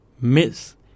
Miss